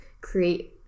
create